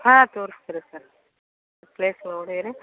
ಹಾಂ ಸರ್ ಪ್ಲೇಸ್ಗಳು ನೋಡೇರಿ